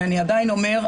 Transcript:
אני עדיין אומר,